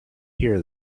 here